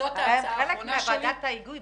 הרי הם חלק מוועדת ההיגוי,